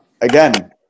Again